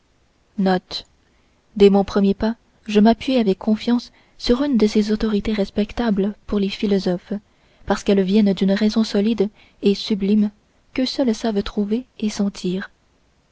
note dès mon premier pas je m'appuie avec confiance sur une de ces autorités respectables pour les philosophes parce qu'elles viennent d'une raison solide et sublime qu'eux seuls savent trouver et sentir